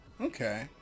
Okay